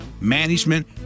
management